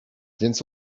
więc